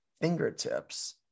fingertips